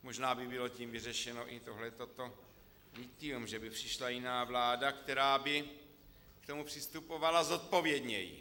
Možná by bylo tím vyřešeno i toto lithium, že by přišla jiná vláda, která by k tomu přistupovala zodpovědněji.